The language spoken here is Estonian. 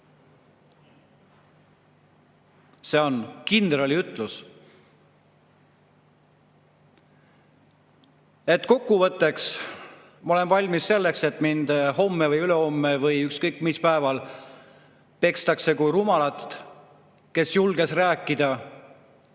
See oli kindrali ütlus. Kokkuvõtteks. Ma olen valmis selleks, et mind homme või ülehomme või ükskõik mis päeval pekstakse kui rumalat, kes julges rääkida